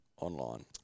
online